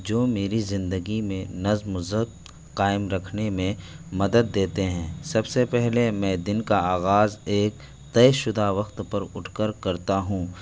جو میری زندگی میں نظم وضبط قائم رکھنے میں مدد دیتے ہیں سب سے پہلے میں دن کا آغاز ایک طے شدہ وقت پر اٹھ کر کرتا ہوں